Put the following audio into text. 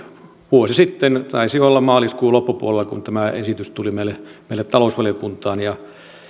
vuosi sitten taisi olla maaliskuun loppupuolella tämä esitys tuli meille meille talousvaliokuntaan voin